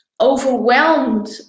overwhelmed